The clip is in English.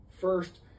first